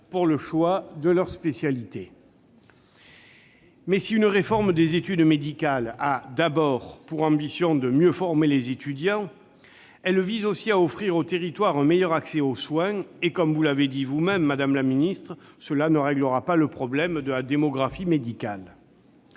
pour le choix de leur spécialité. Si une réforme des études médicales a pour ambition première de mieux former les étudiants, elle tend aussi à offrir aux territoires un meilleur accès aux soins. Comme vous l'avez dit vous-même, madame la ministre, cela « ne réglera pas le problème de la démographie médicale